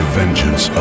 vengeance